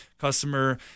Customer